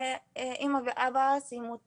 אמא ואבא שלי סיימו תיכון,